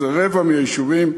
זה רבע מהיישובים.